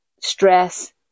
stress